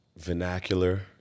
Vernacular